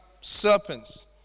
serpents